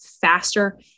faster